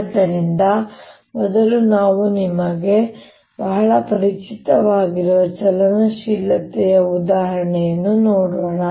ಆದ್ದರಿಂದ ಮೊದಲು ನಾವು ನಿಮಗೆ ಬಹಳ ಪರಿಚಿತವಾಗಿರುವ ಚಲನಶೀಲತೆಯ ಉದಾಹರಣೆಯನ್ನು ನೋಡೋಣ